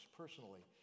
personally